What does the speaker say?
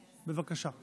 בבקשה.